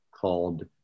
called